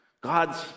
God's